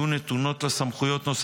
יהיו נתונות לה סמכויות נוספות,